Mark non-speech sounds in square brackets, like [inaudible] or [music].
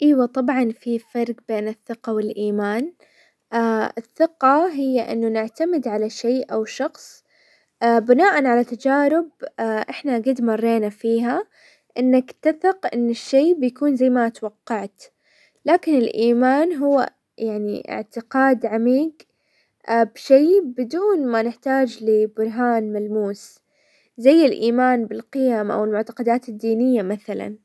ايوا طبعا في فرق بين الثقة والايمان. [hesitation] الثقة هي انه نعتمد على شيء او شخص [hesitation] بناء على تجارب [hesitation] احنا قد مرينا فيها، انك تثق ان الشيء بيكون زي ما توقعت، لكن ايمان هو يعني اعتقاد عميق [hesitation] بشيء بدون ما نحتاج لبرهان ملموس، زي الايمان بالقيم او المعتقدات الدينية مثلا.